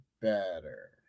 better